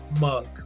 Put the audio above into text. mug